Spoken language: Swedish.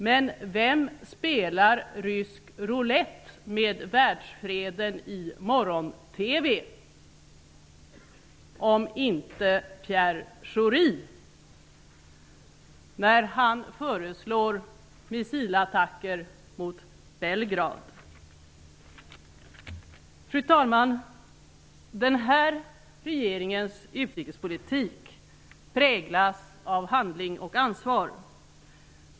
Men vem spelar rysk roulett med världsfreden i morgon-TV om inte Pierre Schori när han föreslår missilattacker mot Fru talman! Den här regeringens utrikespolitik präglas av handling och ansvar.